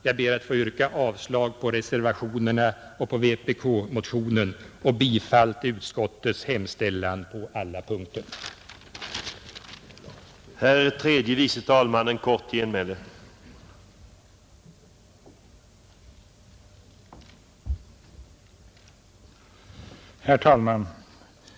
Jag ber att få yrka avslag på reservationen 1 av herrar Petersson i Gäddvik och Virgin samt på motionen 689 av herr Hermansson i Stockholm m.fl. samt bifall till utskottets hemställan.